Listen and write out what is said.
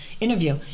interview